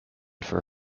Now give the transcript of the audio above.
for